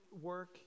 work